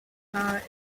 power